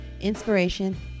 inspiration